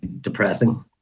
depressing